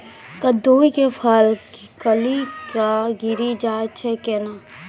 कददु के फल गली कऽ गिरी जाय छै कैने?